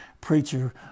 preacher